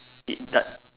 it doe~